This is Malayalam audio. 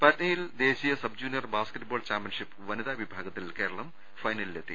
പാറ്റ്നയിൽ ദേശീയ സബ്ജൂനിയർ ബാസ്ക്കറ്റ് ബോൾ ചാമ്പ്യൻഷിപ്പ് വനിതാ വിഭാഗത്തിൽ കേരളം ഫൈനലിലെത്തി